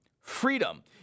freedom